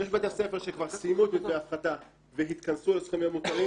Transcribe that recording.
יש בתי ספר שכבר סיימו את מתווי ההפחתה והתכנסו 10859,